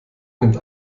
nimmt